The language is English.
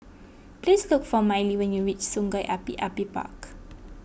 please look for Mylie when you reach Sungei Api Api Park